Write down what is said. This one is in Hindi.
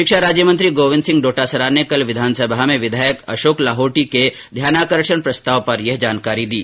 शिक्षा राज्य मंत्री गोविन्द सिंह डोटासरा ने कल विधानसभा में विधायक अशोक लाहोटी के ध्यानाकर्षण प्रस्ताव पर यह जानकारी दी